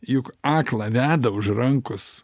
juk aklą veda už rankos